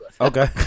Okay